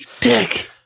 Dick